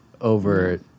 over